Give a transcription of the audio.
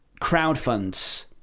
crowdfunds